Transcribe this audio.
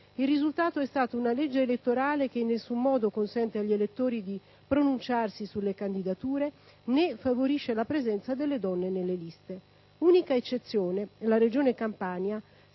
il risultato è stata una legge elettorale che in nessun modo consente agli elettori di pronunciarsi sulle candidature, né favorisce la presenza delle donne nelle liste. L'unica eccezione è rappresentata